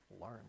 learn